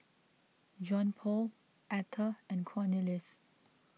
Johnpaul Atha and Cornelius